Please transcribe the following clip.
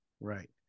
right